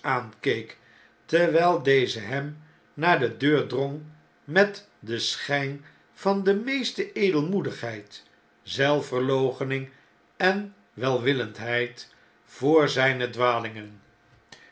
aankeek terwjjl deze hem naar de deur drong met den schjjn van de meeste edelmoedigheid zelfverloochening en welwillendheid voor zijne dwalingen